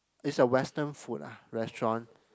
is a western food lah restaurant